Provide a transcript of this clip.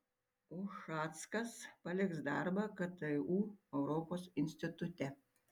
ušackas paliks darbą ktu europos institute